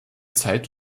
zeit